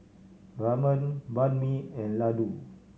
Ramen Banh Mi and Ladoo